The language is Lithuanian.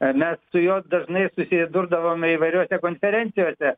mes su juo dažnai susidurdavome įvairiose konferencijose